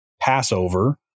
passover